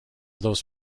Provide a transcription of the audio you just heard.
those